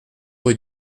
rue